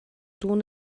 tun